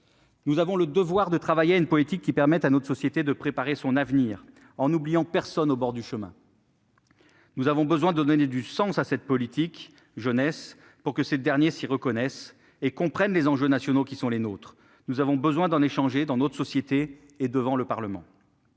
Nous avons le devoir de travailler à une politique qui permette à notre société de préparer son avenir, en n'oubliant personne au bord du chemin. Nous avons besoin de donner du sens à cette politique de la jeunesse pour que les intéressés s'y reconnaissent et comprennent les enjeux de notre nation tout entière. Nous avons besoin d'en discuter dans notre société et au Parlement.